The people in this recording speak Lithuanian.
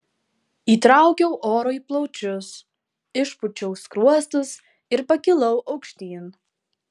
įtraukiau oro į plaučius išpūčiau skruostus ir pakilau aukštyn